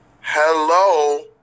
Hello